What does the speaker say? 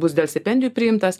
bus dėl stipendijų priimtas